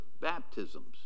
baptisms